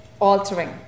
altering